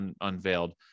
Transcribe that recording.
unveiled